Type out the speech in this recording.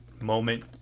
moment